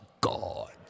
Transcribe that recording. God